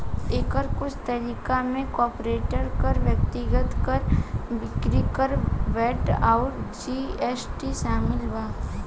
एकर कुछ तरीका में कॉर्पोरेट कर, व्यक्तिगत कर, बिक्री कर, वैट अउर जी.एस.टी शामिल बा